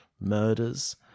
murders